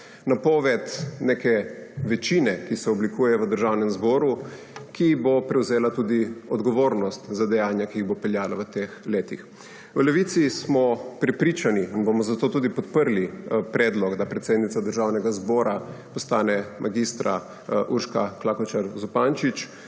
napoved neke večine, ki se oblikuje v državnem zboru, ki bo prevzela tudi odgovornost za dejanja, ki jih bo peljala v teh letih. V Levici smo prepričani in bomo zato tudi podprli predlog, da predsednica Državnega zbora postane mag. Urška Klakočar Zupančič,